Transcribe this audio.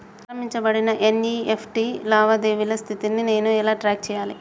ప్రారంభించబడిన ఎన్.ఇ.ఎఫ్.టి లావాదేవీల స్థితిని నేను ఎలా ట్రాక్ చేయాలి?